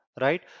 right